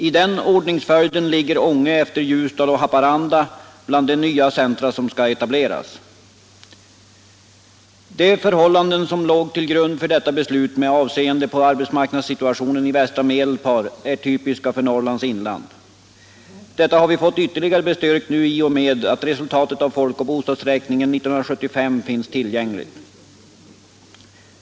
I den ordningsföljden ligger Ånge efter Ljusdal och Haparanda bland de nya centra som skall etableras. De förhållanden som låg till grund för detta beslut med avseende på arbetsmarknadssituationen i västra Medelpad är typiska för Norrlands inland. Detta har vi nu fått ytterligare bestyrkt i och med att resultatet av folkoch bostadsräkningen 1975 finns tillgängligt.